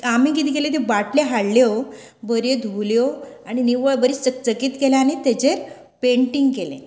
आमी कितें केलें की बाटल्यो हाडल्यो बऱ्यो धुल्यो आनी निवळ बरी चकचकीत केल्यो आनी तेचेर पेन्टिंग केलें